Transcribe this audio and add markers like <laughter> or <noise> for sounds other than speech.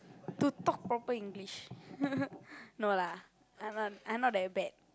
to talk proper English <laughs> no lah I not I not that bad